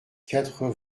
quatre